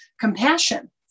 compassion